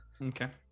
Okay